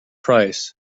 price